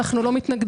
אנו לא מתנגדים,